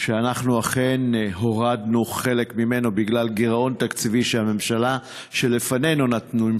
אנחנו אכן הורדנו חלק ממנו בגלל גירעון תקציבי שהממשלה שלפנינו נתנה,